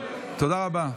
תודה רבה.